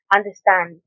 Understand